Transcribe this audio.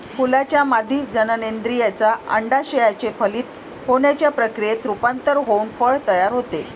फुलाच्या मादी जननेंद्रियाचे, अंडाशयाचे फलित होण्याच्या प्रक्रियेत रूपांतर होऊन फळ तयार होते